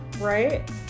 Right